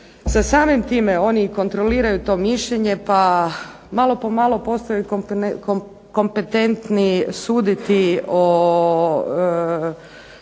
Sa samim time oni i kontroliraju to mišljenje, pa malo po malo postaju kompetentni suditi o